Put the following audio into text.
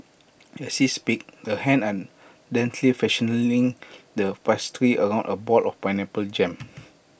as she speaks the hands are deftly fashioning the pastry around A ball of pineapple jam